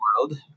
world